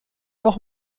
noch